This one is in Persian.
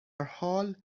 حال